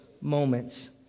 moments